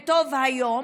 וטוב היום.